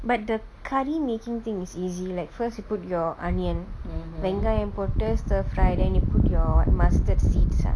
but the curry making thing is easy like first you put your onion bengali and potatoes stir fry then you put your mustard seeds ah